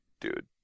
dude